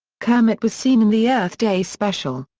kermit was seen in the earth day special.